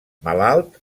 malalt